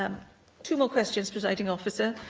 um two more questions, presiding officer.